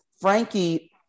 Frankie